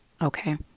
okay